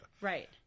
Right